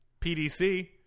PDC